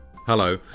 Hello